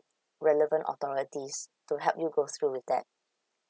relevant authorities to help you go through with that